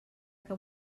que